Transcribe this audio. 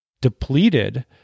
depleted